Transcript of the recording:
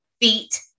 feet